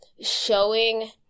Showing